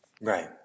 Right